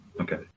Okay